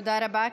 תודה רבה.